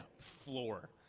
floor